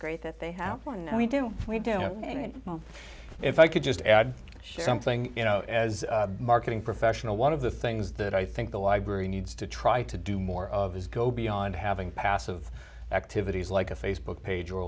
great that they have one we do we do have if i could just add something you know as a marketing professional one of the things that i think the library needs to try to do more of is go beyond having passive activities like a facebook page or